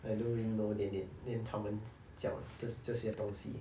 I don't really know then they then 他们讲这这些东西